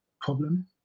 problem